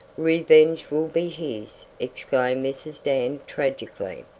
revenge will be his! exclaimed mrs. dan, tragically.